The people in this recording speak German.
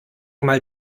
mal